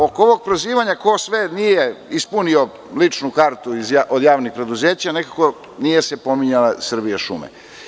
Oko ovog prozivanja ko sve nije ispunio ličnu kartu od javnih preduzeća, nekako nisu se pominjale „Srbijašume“